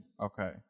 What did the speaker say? Okay